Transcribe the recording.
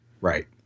Right